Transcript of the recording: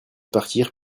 partir